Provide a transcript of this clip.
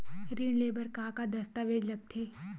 ऋण ले बर का का दस्तावेज लगथे?